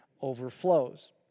overflows